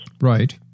right